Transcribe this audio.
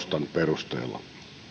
hakijan taustan perusteella